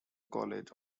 college